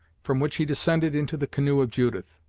from which he descended into the canoe of judith.